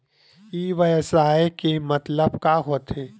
ई व्यवसाय के मतलब का होथे?